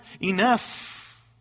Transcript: enough